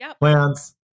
plants